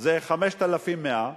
זה 5,100,